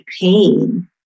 pain